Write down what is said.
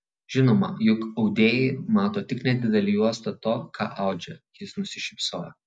žinoma juk audėjai mato tik nedidelę juostą to ką audžia jis nusišypsojo